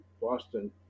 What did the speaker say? boston